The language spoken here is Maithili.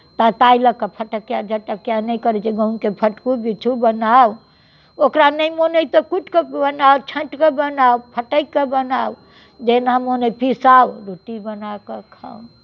तऽ ताहि लऽ कऽ फटकिआ झटकिआ नहि करै छी गहूँमके फटकू बीछू बनाउ ओकरा नहि मोन अइ तऽ कूटि कऽ बनाउ झाँटि कऽ बनाउ फटकि कऽ बनाउ जेना मोन अइ पिसाउ रोटी बना कऽ खाउ